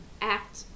act